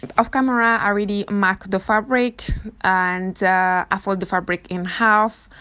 um off-camera i already marked the fabric and i fold the fabric in half